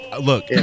look